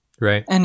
Right